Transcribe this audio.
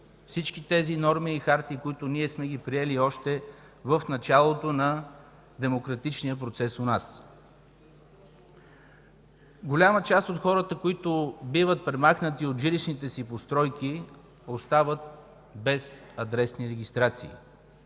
всички тези норми и харти, които ние сме приели още в началото на демократичния процес у нас. Голяма част от хората, които са премахнати от жилищните им постройки, остават без адресни регистрации,